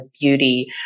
beauty